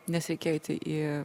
nesikeiti į